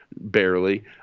barely